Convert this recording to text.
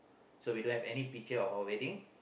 so we don't have any picture of our wedding